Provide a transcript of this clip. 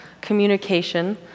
communication